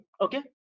okay